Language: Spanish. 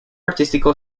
artístico